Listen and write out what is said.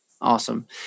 Awesome